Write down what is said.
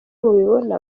mubibona